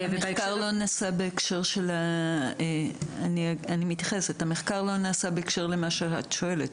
המחקר לא נעשה בהקשר למה שאת שואלת,